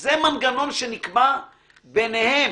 זה מנגנון שנקבע ביניהם.